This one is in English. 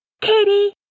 Katie